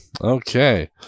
okay